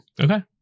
okay